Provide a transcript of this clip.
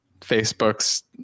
Facebook's